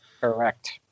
Correct